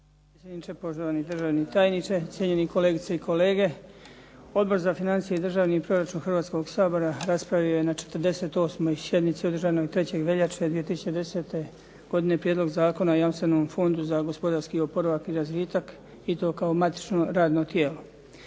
poštovani državni tajniče, cijenjeni kolegice i kolege. Odbor za financije i državni proračun Hrvatskoga sabora raspravio je na 48. sjednici održanoj 3. veljače 2010. godine Prijedlog zakona o jamstvenom fondu za gospodarski oporavak i razvitak i to kao matično radno tijelo.